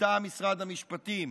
מטעם משרד המשפטים,